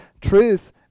truth